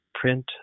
print